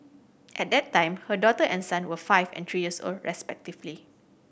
at that time her daughter and son were five and three years old respectively